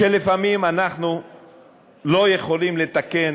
שלפעמים אנחנו לא יכולים לתקן,